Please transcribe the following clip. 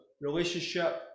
relationship